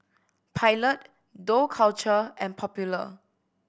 Pilot Dough Culture and Popular